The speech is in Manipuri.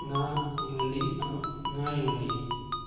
ꯉꯥ ꯌꯣꯜꯂꯤ ꯉꯥ ꯌꯣꯜꯂꯤ